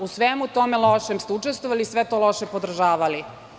U svemu tome lošem ste učestvovali i sve to loše podržavali.